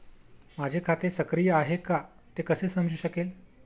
माझे खाते सक्रिय आहे का ते कसे समजू शकेल?